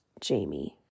Jamie